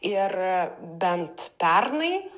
ir bent pernai